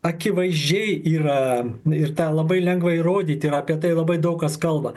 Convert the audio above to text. akivaizdžiai yra ir tą labai lengva įrodyt ir apie tai labai daug kas kalba